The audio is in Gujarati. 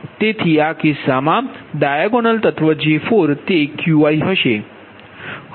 તેથી આ કિસ્સામા ડાયાગોનલ તત્વ J4 તે Qiહશે